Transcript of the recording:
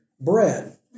bread